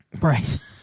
Right